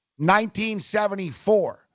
1974